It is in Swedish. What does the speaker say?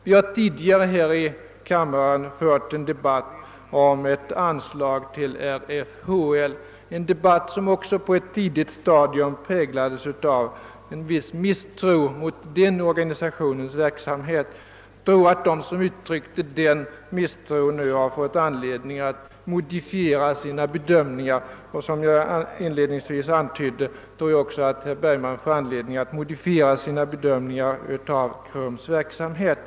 Vi har tidigare här i kammaren fört en debatt om anslag till RFHL — en debatt som också på etttidigt stadium präglades av en viss misstro mot den organisationens verksamhet. De som uttryckte den misstron har nog nu fått anledning att modifiera sina bedömningar och jag tror också — vilket jag inledningsvis anförde — att herr Bergman får anledning att modifiera sina bedömningar när det gäller KRUM:s verksamhet.